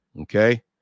Okay